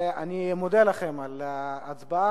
אני מודה לכם על ההצבעה.